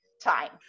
time